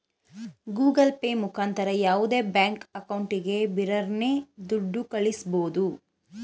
Google Pay ಮುಖಾಂತರ ಯಾವುದೇ bank ಅಕೌಂಟಿಗೆ ಬಿರರ್ನೆ ದುಡ್ಡ ಕಳ್ಳಿಸ್ಬೋದು